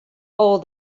all